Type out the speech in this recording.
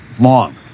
Long